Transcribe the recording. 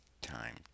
time